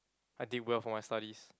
I did well for my studies